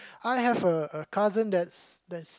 I have a a cousin that's that's